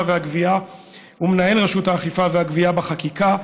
והגבייה ומנהל רשות האכיפה והגביה בחקיקה.